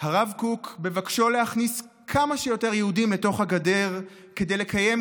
הרב קוק ביקש להכניס כמה שיותר יהודים לתוך הגדר כדי לקיים